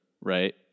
right